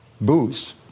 booze